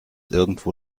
irgendwo